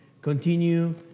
continue